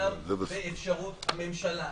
קיים באפשרות ממשלה.